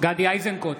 גדי איזנקוט,